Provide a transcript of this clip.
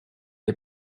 est